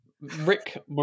Rick